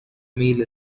meal